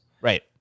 Right